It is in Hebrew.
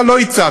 אתה לא הצעת,